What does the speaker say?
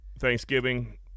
Thanksgiving